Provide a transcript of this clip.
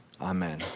amen